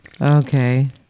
okay